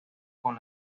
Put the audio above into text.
con